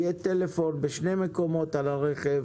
יהיה מספר טלפון בשני מקומות על הרכב